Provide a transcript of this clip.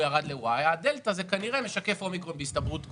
ירד ל-ואי והדלתה היא כנראה משקפת אומיקרון בהסתברות גבוהה,